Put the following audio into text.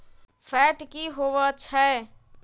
Fat की होवछै?